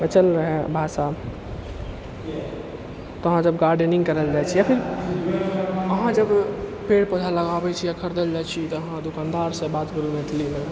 बचल रहै भाषा अहाँ जब गार्डेनिङ्ग करैलए जाइ छिए या फेर अहाँ जब पेड़ पौधा लगाबै छी आओर खरिदैलए जाइ छी तऽ अहाँ दोकानदारसँ बात करू मैथिलीमे